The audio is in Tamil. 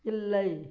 இல்லை